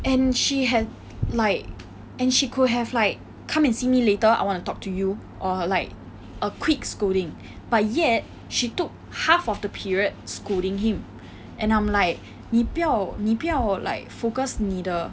and she had like and she could have like come and see me later I want to talk to you or like a quick scolding by yet she took half of the period scolding him and I'm like 你不要你不要 like focus 你的